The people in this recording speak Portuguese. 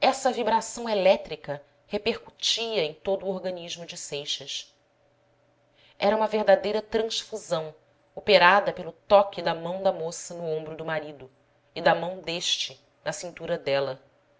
essa vibração elétrica repercutia em todo o organismo de seixas era uma verdadeira transfusão operada pelo toque da mão da moça no ombro do marido e da mão deste na cintura dela